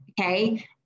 okay